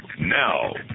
Now